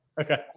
Okay